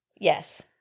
Yes